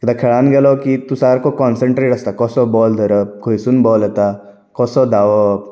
एकदां खेळान गेलो की तूं सारको कॉन्सनट्रेट आसता कोसो बॉल धरप खंयसून बॉल येता कोसो धांवप